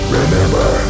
remember